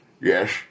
Yes